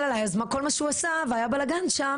עלי אז כל מה שהוא עשה והיה בלאגן שם,